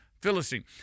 Philistine